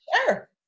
Sure